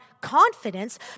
confidence